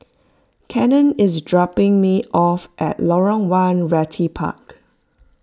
Cannon is dropping me off at Lorong one Realty Park